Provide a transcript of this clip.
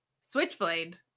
Switchblade